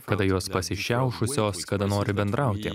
kada jos pasišiaušusios kada nori bendrauti